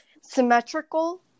symmetrical